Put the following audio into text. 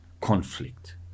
conflict